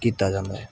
ਕੀਤਾ ਜਾਂਦਾ ਹੈ